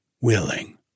willing